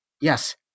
Yes